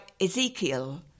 Ezekiel